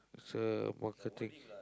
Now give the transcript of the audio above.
it's a marketing